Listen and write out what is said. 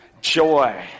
joy